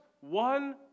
one